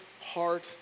heart